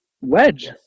Wedge